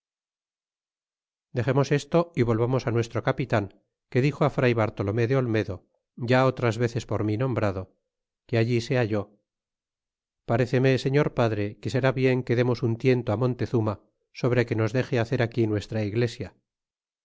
llexemos esto y volvamos nuestro capitan que dixo fray bartolomé de olmedo ya otras veces por mi nombrado que allí se halló pareceme señor padre que sera bien que demos un tiento montezuma sobre que nos dexe hacer aquí nuestra iglesia